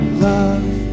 love